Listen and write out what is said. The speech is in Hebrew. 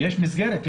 יש מסגרת.